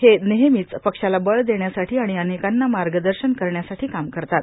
हे नेहमीच पक्षाला बळ देण्यासाठी आर्गाण अनेकांना मागदशन करण्यासाठा काम करतात